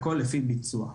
הכל לפי ביצוע.